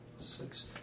Six